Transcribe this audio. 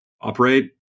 operate